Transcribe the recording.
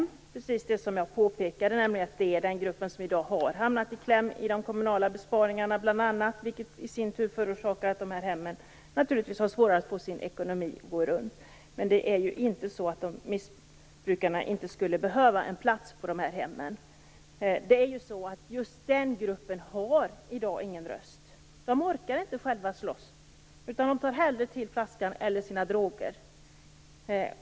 Det var precis det jag påpekade, nämligen att det är den grupp som i dag har hamnat i kläm, bl.a. i de kommunala besparingarna, vilket i sin tur förorsakar att de här hemmen har svårare att få sin ekonomi att gå runt. Men det är inte så att missbrukarna inte skulle behöva plats på de här hemmen. Just gruppen missbrukare har i dag ingen röst. De orkar inte själva slåss, utan de tar hellre till flaskan eller sina droger.